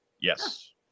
Yes